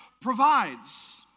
provides